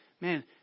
man